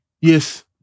Yes